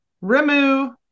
remove